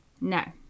No